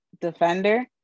defender